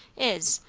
is,